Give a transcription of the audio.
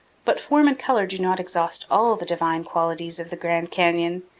but form and color do not exhaust all the divine qualities of the grand canyon.